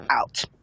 out